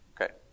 Okay